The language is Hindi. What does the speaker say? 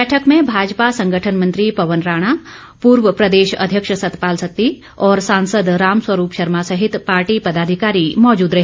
बैठक में भाजपा संगठन मंत्री पवन राणा पूर्व प्रदेश अध्यक्ष सतपाल सत्ती और सांसद रामस्वरूप शर्मा सहित पार्टी पदाधिकारी मौजूद रहे